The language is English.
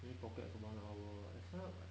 maybe pockets of one hour I sign up like